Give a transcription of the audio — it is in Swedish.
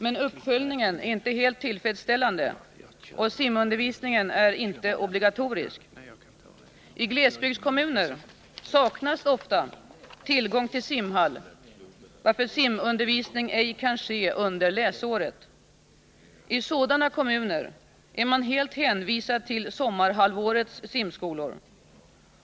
Men uppföljningen är inte helt tillfredsställande, och simundervisningen är inte obligatorisk. I glesbygdskommuner saknas oftast tillgång till simhall, varför simundervisning ej kan ske under läsåret. I sådana kommuner är man helt hänvisad till sommarhalvårets simskolor.